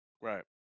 right